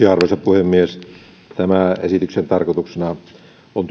arvoisa puhemies tämän esityksen tarkoituksena on